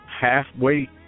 halfway